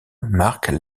marquent